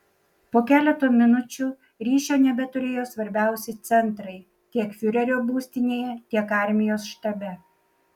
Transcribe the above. po keleto minučių ryšio nebeturėjo svarbiausi centrai tiek fiurerio būstinėje tiek armijos štabe